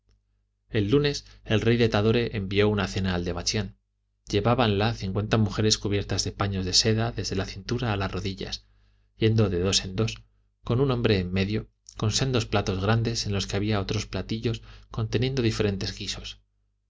el lunes el rey de tadore envió una cena al de bachián llevábanla cincuenta mujeres cubiertas de paños de seda desde la cintura a las rodillas yendo de dos en dos con un hombre en medio con sendos platos grandes en los que había otros platitos conteniendo diferentes guisos